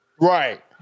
Right